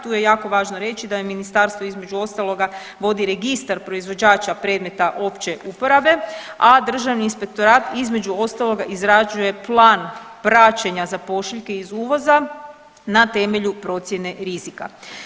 Tu je jako važno reći da je ministarstvo između ostaloga vodi registar proizvođača predmeta opće uporabe, a Državni inspektorat između ostaloga izrađuje plan praćenja za pošiljke iz uvoza na temelju procjene rizika.